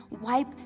wipe